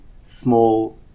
small